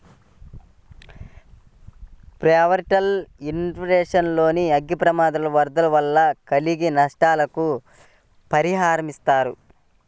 property insurance లో అగ్ని ప్రమాదాలు, వరదలు వల్ల కలిగే నష్టాలకు పరిహారమిస్తారు